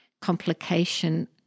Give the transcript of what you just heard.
complication